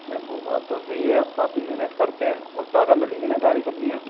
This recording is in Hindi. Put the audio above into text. नहीं वो बात तो सही है आप काफ़ी मेहनत करते हैं और ताज़ा मिलेंगी ना सारी सब्ज़ियाँ